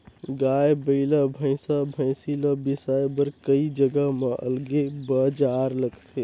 गाय, बइला, भइसा, भइसी ल बिसाए बर कइ जघा म अलगे बजार लगथे